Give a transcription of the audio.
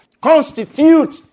constitute